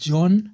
John